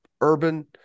urban